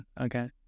okay